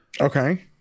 okay